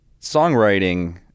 Songwriting